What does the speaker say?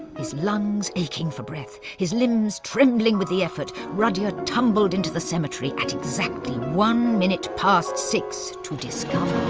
his lungs aching for breath, his limbs trembling with the effort, rudyard tumbled into the cemetery at exactly one minute past six to discover,